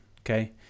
okay